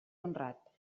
honrat